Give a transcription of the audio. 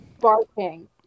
barking